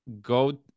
go